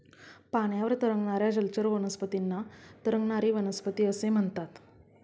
पाण्यावर तरंगणाऱ्या जलचर वनस्पतींना तरंगणारी वनस्पती असे म्हणतात